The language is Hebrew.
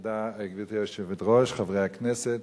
גברתי היושבת-ראש, תודה, חברי הכנסת,